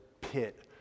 pit